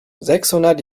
sechshundert